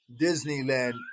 Disneyland